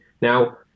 now